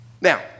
Now